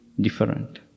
Different